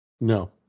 No